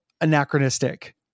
anachronistic